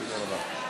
תודה רבה.